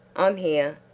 i'm here.